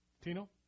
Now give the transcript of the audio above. Tino